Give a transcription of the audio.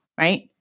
right